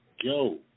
yo